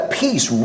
peace